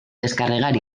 descarregar